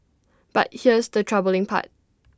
but here's the troubling part